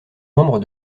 membre